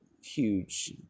huge